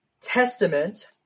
Testament